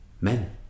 men